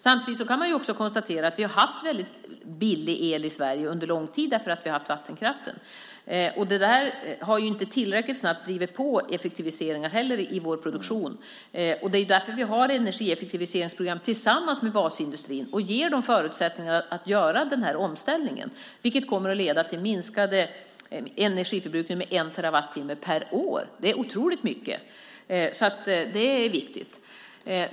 Samtidigt kan man konstatera att vi i Sverige har haft väldigt billig el under lång tid, eftersom vi har haft vattenkraften. Effektiviseringar i vår produktion har av denna anledning inte drivits på tillräckligt snabbt. Det är därför vi har energieffektiviseringsprogram tillsammans med basindustrin som ger dem förutsättningar att göra denna omställning, vilket kommer att leda till minskad energiförbrukning med 1 terawattimme per år. Det är otroligt mycket, och det är viktigt.